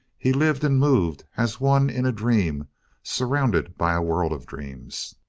he lived and moved as one in a dream surrounded by a world of dreams.